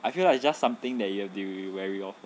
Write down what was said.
I feel like it's just something that you have to be weary of